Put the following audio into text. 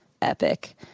epic